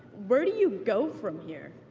where do you go from here?